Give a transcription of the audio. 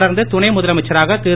தொடர்ந்து துணை முதலமைச்சராக திரு